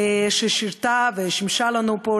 ששירתה ושימשה לנו פה,